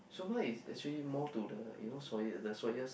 so far is actually more to the you know soya the soyas